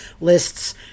lists